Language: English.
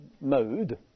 mode